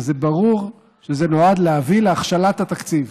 אז ברור שזה נועד להביא להכשלת התקציב.